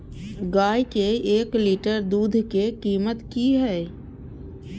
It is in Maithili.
गाय के एक लीटर दूध के कीमत की हय?